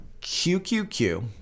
QQQ